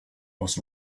was